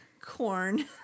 Corn